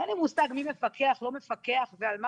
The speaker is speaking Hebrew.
אין לי מושג מי מפקח או לא מפקח ועל מה